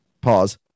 pause